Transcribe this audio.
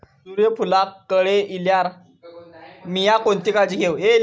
सूर्यफूलाक कळे इल्यार मीया कोणती काळजी घेव?